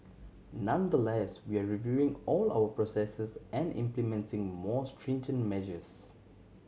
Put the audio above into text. nonetheless we are reviewing all our processes and implementing more stringent measures